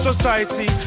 society